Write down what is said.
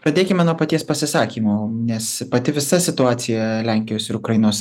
pradėkime nuo paties pasisakymo nes pati visa situacija lenkijos ir ukrainos